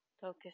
Focus